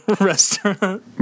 restaurant